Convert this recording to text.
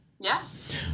Yes